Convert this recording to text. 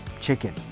chicken